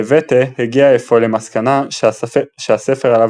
דה וטה הגיע אפוא למסקנה שהספר עליו